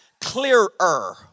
clearer